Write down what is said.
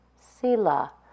Sila